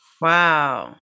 Wow